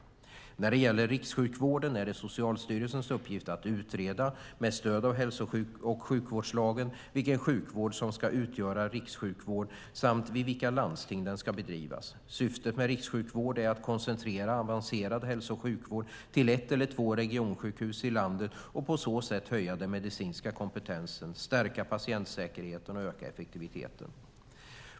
När det gäller rikssjukvården är det Socialstyrelsens uppgift att, med stöd av hälso och sjukvårdslagen, utreda vilken sjukvård som ska utgöra rikssjukvård samt vid vilka landsting den ska bedrivas. Syftet med rikssjukvård är att koncentrera avancerad hälso och sjukvård till ett eller två regionsjukhus i landet och på så sätt höja den medicinska kompetensen, stärka patientsäkerheten och öka effektiviteten.